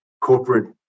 corporate